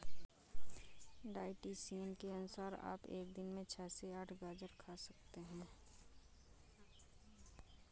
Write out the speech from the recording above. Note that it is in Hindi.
डायटीशियन के अनुसार आप एक दिन में छह से आठ गाजर खा सकते हैं